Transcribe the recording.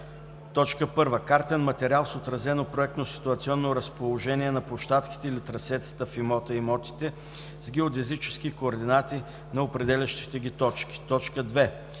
1. картен материал с отразено проектно ситуационно разположение на площадките или трасетата в имота/имотите с геодезически координати на определящите ги точки; 2.